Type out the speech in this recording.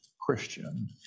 Christian